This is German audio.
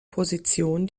position